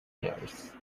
years